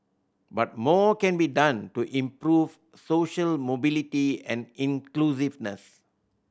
but more can be done to improve social mobility and inclusiveness